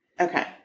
Okay